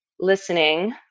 listening